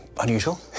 unusual